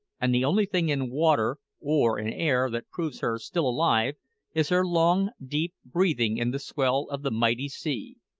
and the only thing in water or in air that proves her still alive is her long, deep breathing in the swell of the mighty sea.